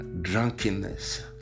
drunkenness